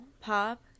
pop